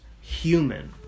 human